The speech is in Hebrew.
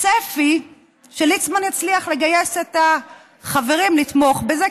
צפי שליצמן יצליח לגייס את החברים לתמוך בזה.